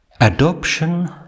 adoption